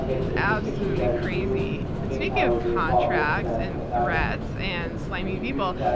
it's absolutely crazy. and speaking of contracts and threats and slimy people,